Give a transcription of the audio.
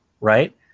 right